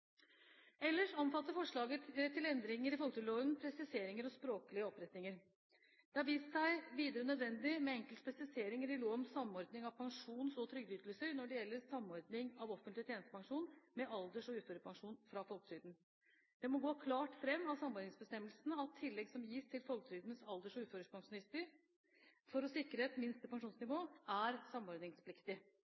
omfatter forslaget til endringer i folketrygdloven presiseringer og språklige opprettinger. Det har videre vist seg nødvendig med enkelte presiseringer i lov om samordning av pensjons- og trygdeytelser når det gjelder samordning av offentlig tjenestepensjon med alders- og uførepensjon fra folketrygden. Det må gå klart fram av samordningsbestemmelsene at tillegg som gis til folketrygdens alders- og uførepensjonister for å sikre et minste pensjonsnivå, er